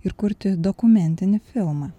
ir kurti dokumentinį filmą